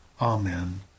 amen